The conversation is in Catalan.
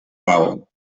val